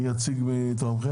מי מציג את התקנות?